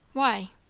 why?